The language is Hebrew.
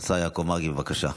השר יעקב מרגי, בבקשה.